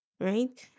right